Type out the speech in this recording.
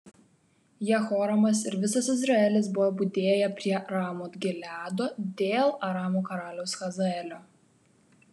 jehoramas ir visas izraelis buvo budėję prie ramot gileado dėl aramo karaliaus hazaelio